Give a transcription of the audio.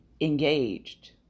engaged